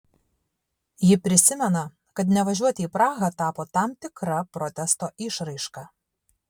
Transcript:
ji prisimena kad nevažiuoti į prahą tapo tam tikra protesto išraiška